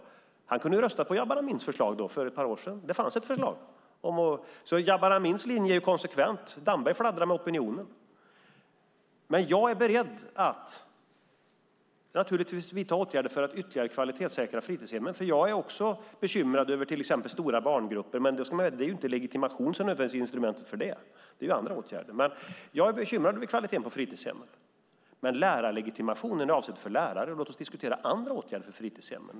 Han kunde ha röstat på Jabar Amins förslag för ett par år sedan. Det fanns ett förslag. Jabar Amins linje är konsekvent. Damberg fladdrar med opinionen. Men jag är naturligtvis beredd att vidta åtgärder för att ytterligare kvalitetssäkra fritidshemmen - jag är också bekymrad över till exempel stora barngrupper. Men det är inte legitimation som nödvändigtvis är instrumentet för det. Det är andra åtgärder. Jag är bekymrad över kvaliteten på fritidshemmen. Men lärarlegitimationen är avsedd för lärare. Låt oss diskutera andra åtgärder för fritidshemmen!